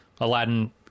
Aladdin